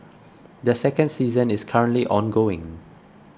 the second season is currently ongoing